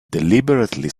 deliberately